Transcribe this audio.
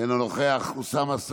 אינו נוכח, אוסאמה סעדי,